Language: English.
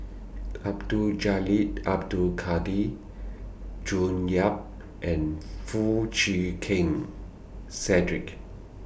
Abdul Jalil Abdul Kadir June Yap and Foo Chee Keng Cedric